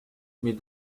mais